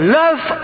love